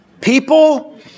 People